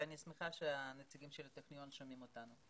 ואני שמחה שהנציגים של הטכניון שומעים אותנו.